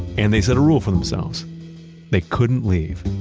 and they set a rule for themselves they couldn't leave.